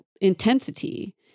intensity